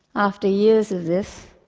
after years of this,